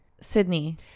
Sydney